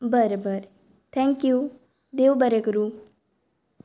बरें बरें थँक्यू देव बरें करूं